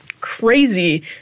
crazy